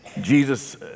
Jesus